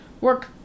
work